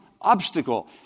obstacle